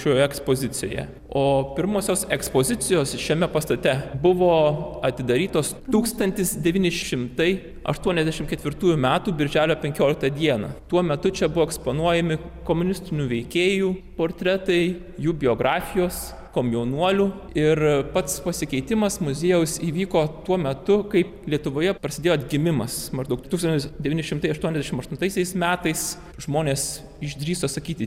šioje ekspozicijoje o pirmosios ekspozicijos šiame pastate buvo atidarytos tūkstantis devyni šimtai aštuoniasdešimt ketvirtųjų metų birželio penkioliktą dieną tuo metu čia buvo eksponuojami komunistinių veikėjų portretai jų biografijos komjaunuoliu ir pats pasikeitimas muziejaus įvyko tuo metu kaip lietuvoje prasidėjo atgimimas maždaug tūkstantis devyni šimtai aštuoniasdešimt aštuntaisiais metais žmonės išdrįso sakyti